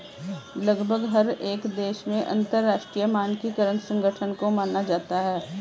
लगभग हर एक देश में अंतरराष्ट्रीय मानकीकरण संगठन को माना जाता है